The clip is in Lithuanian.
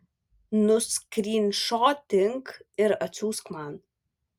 nuskrynšotink ir atsiųsk man